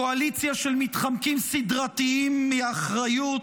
קואליציה של מתחמקים סדרתיים מאחריות,